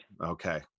Okay